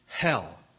hell